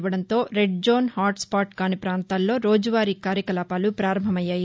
ఇవ్వడంతో red zone hotspot కాని పాంతాల్లో రోజువారీ కార్యకలాపాలు పారంభమయ్యాయి